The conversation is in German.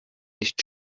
nicht